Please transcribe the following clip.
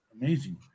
amazing